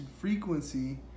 frequency